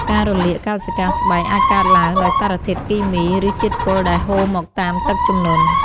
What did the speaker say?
ការរលាកកោសិកាស្បែកអាចកើតឡើងដោយសារសារធាតុគីមី ឬជាតិពុលដែលហូរមកតាមទឹកជំនន់។